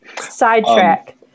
Sidetrack